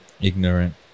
ignorant